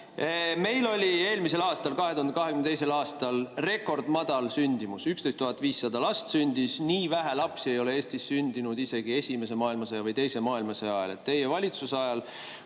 Meil oli eelmisel, 2022. aastal rekordmadal sündimus: 11 500 last sündis. Nii vähe lapsi ei ole Eestis sündinud isegi esimese ega teise maailmasõja ajal. Teie valitsuse ajal